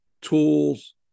tools